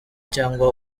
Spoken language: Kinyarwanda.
cyangwa